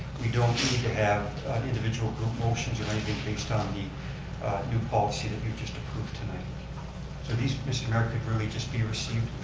we don't need to have individual group motions or anything based on the new policy that you just approved tonight. so these mr. mayor could really just be received